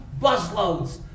busloads